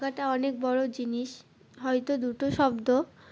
আঁকাটা অনেক বড়ো জিনিস হয়তো দুটো শব্দ